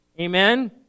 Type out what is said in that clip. Amen